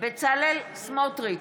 בצלאל סמוטריץ'